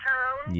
Town